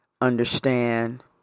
understand